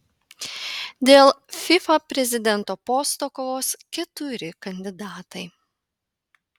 dėl fifa prezidento posto kovos keturi kandidatai